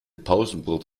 pausenbrot